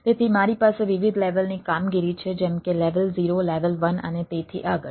તેથી મારી પાસે વિવિધ લેવલની કામગીરી છે જેમ કે લેવલ 0 લેવલ 1 અને તેથી આગળ